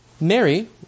Mary